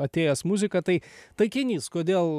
atėjęs muziką tai taikinys kodėl